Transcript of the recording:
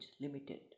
limited